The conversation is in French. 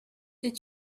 est